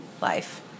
life